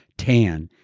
tan.